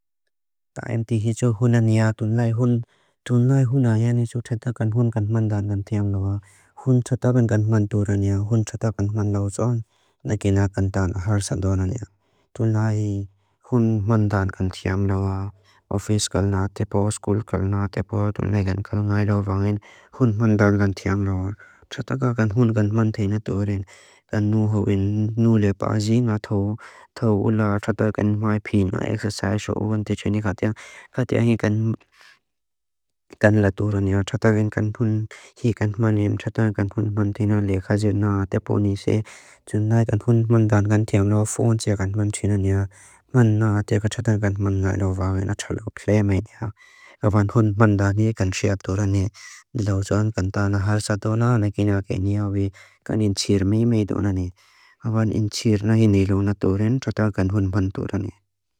Þa emti hi tsu húnani a tunlai hún, tunlai hún a jani tsu theta kan hún kanthman dan kanthiam lawa. Hún tsa taben kanthman duran ia, hún tsa taben kanthman lau zon, na kina kanthdan aharsa duran ia. Tunlai hún man dan kanthiam lawa. Ofis kalna tepo, skul kalna tepo, tunlai kanth kalnai lawa vain, hún man dar kanthiam lawa. Tsa taka kan hún kanthman teina durin. Dan nu huwin, nu le bazi, na tau, tau ula tata kanthmai pin. Na eksasaiso uvan te chani khatia. Khatia hi kan, kanla duran ia. Tata kanthman, hi kanthman iam, tata kanthman man teina le. Khazi na tepo ni se, tunlai kanthman man dan kanthiam lawa. Fón tse kanthman tunan ia. Man na teka tata kanthman lau wawin. A tsa loku plea main ia. A van hún man dan ia, kanthshia duran ia. Laujuan kantha na harsa duran ia. Na kenia kenia uvi. Kan inchir mai mai duran ia. A van inchir nahi nilona durin. Tata kanthun man duran ia.